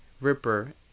Ripper